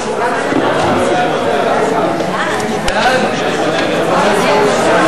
ההצעה להעביר את הנושא לוועדת הפנים